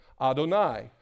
Adonai